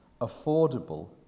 affordable